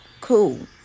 cool